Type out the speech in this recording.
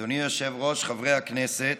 אדוני היושב-ראש, חברי הכנסת,